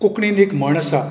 कोंकणीन एक म्हण आसा